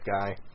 guy